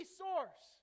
source